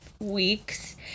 weeks